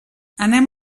anem